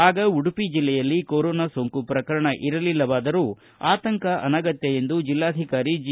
ಆಗ ಉಡುಪಿ ಜಿಲ್ಲೆಯಲ್ಲಿ ಕೊರೊನಾ ಸೋಂಕು ಪ್ರಕರಣ ಇರಲಿಲ್ಲವಾದರೂ ಆತಂಕ ಅನಗತ್ತ ಎಂದು ಜಿಲ್ಲಾಧಿಕಾರಿ ಜಿ